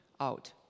out